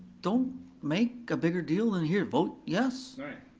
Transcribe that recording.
don't make a bigger deal than here, vote yes. alright.